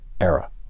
era